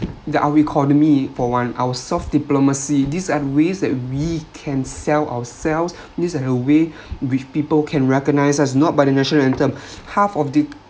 the our economy for one our soft diplomacy these are ways that we can sell ourselves these are the way which people can recognise us not by the national anthem half of the